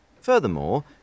Furthermore